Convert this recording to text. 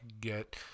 get